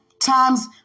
times